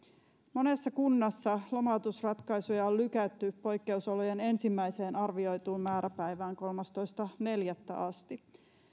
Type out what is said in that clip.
monessa kunnassa lomautusratkaisuja on lykätty poikkeusolojen ensimmäiseen arvioituun määräpäivään kolmastoista neljättä asti